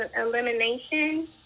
elimination